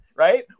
Right